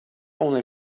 only